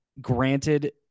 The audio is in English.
granted